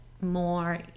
more